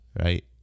right